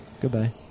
Goodbye